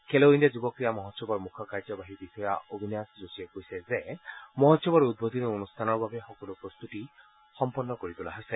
খেলো ইণ্ডিয়া যুৱ ক্ৰীড়া মহোৎসৱৰ মুখ্য কাৰ্যবাহী বিষয়া অবিনাশ যোশীয়ে কৈছে যে মহোৎসৱৰ উদ্বোধনী অনুষ্ঠানৰ বাবে সকলো প্ৰস্ত্বতি সম্পন্ন কৰি তোলা হৈছে